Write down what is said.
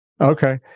Okay